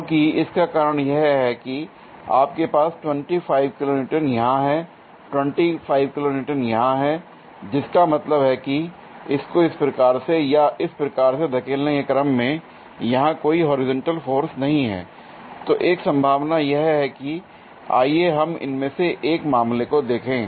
क्योंकि इसका कारण यह है कि आपके पास 25 किलोन्यूटन यहां है 25 किलो न्यूटन यहां है जिसका मतलब है कि इसको इस प्रकार से या इस प्रकार से धकेलने के क्रम में यहां कोई होरिजेंटल फोर्स नहीं है l तो एक संभावना यह है कि आइए हम इनमें से एक मामले को देखें